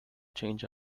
change